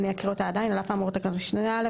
אקריא אותה עדיין: (ב)על אף האמור בתקנת משנה (א),